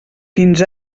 fins